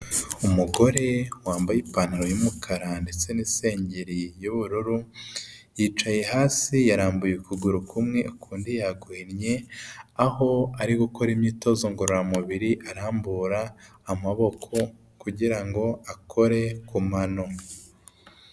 Umugore wambaye ipantaro y'umukara ndetse n'isengeri y'ubururu, yicaye hasi yarambuye ukuguru kumwe ukundi yaguhinnye, aho ari gukora imyitozo ngororamubiri arambura amaboko kugira ngo akore ku mano.